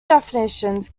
definitions